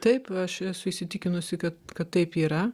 taip aš esu įsitikinusi kad kad taip yra